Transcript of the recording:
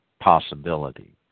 possibility